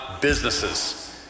businesses